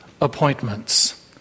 appointments